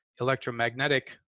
electromagnetic